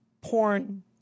porn